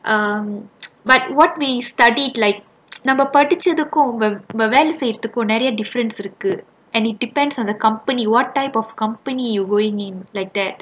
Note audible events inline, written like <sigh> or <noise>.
um <noise> but what we studied like நாம படிச்சதுக்கும் நாம வேல செய்றதுக்கும் நிறைய:naama padichathukkum naama vela seirathukkum niraiya different இருக்கு:irukku and it depends on the company what type of company you going in like that